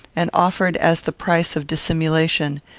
and offered as the price of dissimulation,